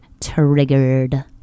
triggered